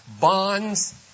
bonds